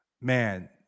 man